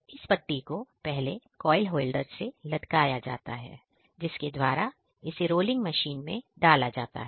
इस पट्टी को पहले कोईल होल्डर से लटकाया जाता है जिसके द्वारा इसे रोलिंग मशीन में डाला जाता है